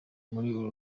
muri